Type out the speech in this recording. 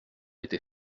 était